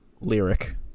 Lyric